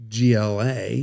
GLA